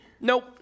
Nope